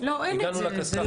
הגענו לקשקש,